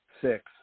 six